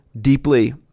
deeply